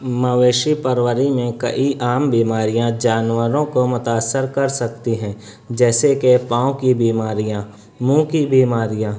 مویشی پروری میں کئی عام بیماریاں جانوروں کو متأثر کر سکتی ہیں جیسے کہ پاؤں کی بیماریاں منھ کی بیماریاں